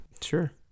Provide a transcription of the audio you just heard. Sure